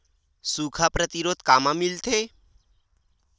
सुखा प्रतिरोध कामा मिलथे?